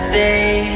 day